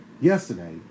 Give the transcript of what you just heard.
yesterday